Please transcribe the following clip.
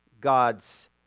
God's